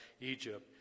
Egypt